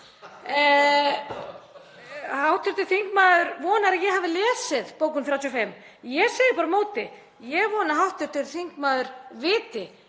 En hv. þingmaður vonar að ég hafi lesið bókun 35. Ég segi bara á móti: Ég vona að hv. þingmaður viti